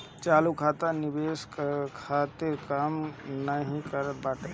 चालू खाता निवेश खातिर काम नाइ करत बाटे